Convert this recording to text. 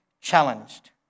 challenged